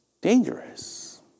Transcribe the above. dangerous